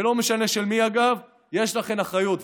ולא משנה של מי, אגב, יש לכן אחריות.